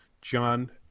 John